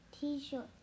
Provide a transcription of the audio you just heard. T-shirt